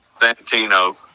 Santino